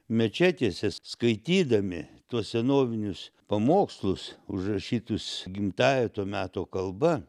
mečetėse skaitydami tuos senovinius pamokslus užrašytus gimtąja to meto kalba